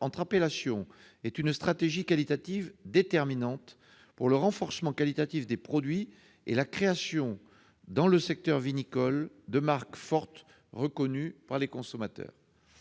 appellations est une stratégie qualitative déterminante pour le renforcement qualitatif des produits et la création, dans le secteur vinicole, de marques fortes reconnues par les consommateurs.